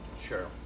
Sure